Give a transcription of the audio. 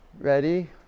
ready